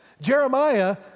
Jeremiah